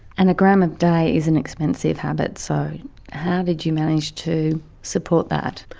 and a gram a day is an expensive habit, so how did you manage to support that?